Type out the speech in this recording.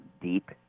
deep